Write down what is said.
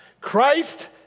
Christ